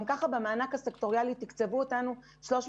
גם כך במענק הסקטוריאלי תקצבו אותנו 350